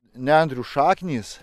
nendrių šaknys